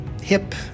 hip